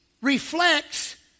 reflects